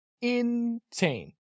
insane